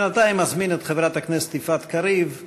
בינתיים אזמין את חברת הכנסת יפעת קריב לפתוח,